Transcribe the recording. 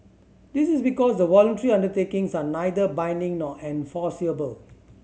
this is because the voluntary undertakings are neither binding nor enforceable